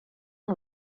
amb